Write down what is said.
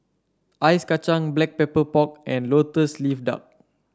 Ice Kacang Black Pepper Pork and lotus leaf duck